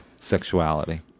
sexuality